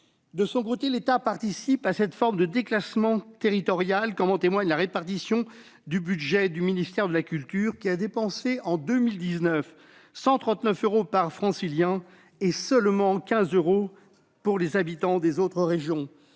De son côté, l'État prend part à cette forme de déclassement territorial, comme en témoigne la répartition du budget du ministère de la culture, qui a dépensé, en 2019, quelque 139 euros par Francilien et seulement 15 euros par habitant des autres régions.